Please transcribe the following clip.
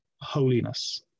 holiness